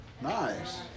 Nice